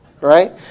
right